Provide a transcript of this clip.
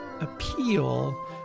appeal